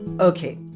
Okay